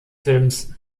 films